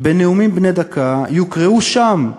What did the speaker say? בנאומים בני דקה, יוקראו שם,